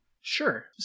Sure